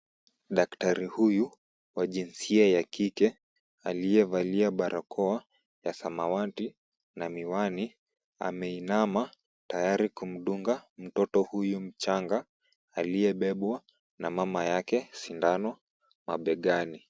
Daktari huyu, wa jinsia ya kike, aliyevalia barakoa ya samawati na miwani, ameinama tayari kumdunga mtoto huyu mchanga aliyebebwa na mama yake sindano mabegani.